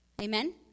Amen